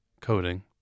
coding